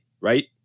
right